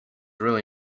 really